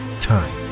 time